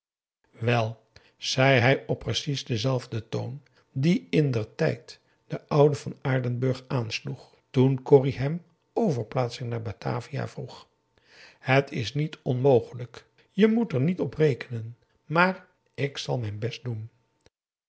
wel zei hij op precies denzelfden toon dien indertijd de oude van aardenburg aansloeg toen corrie hem overplaatsing naar batavia vroeg het is niet onmogelijk je moet er niet op rekenen maar ik zal mijn best doen